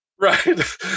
Right